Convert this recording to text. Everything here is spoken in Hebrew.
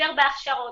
יותר בהכשרות,